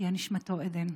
מנוחתו עדן.